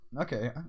Okay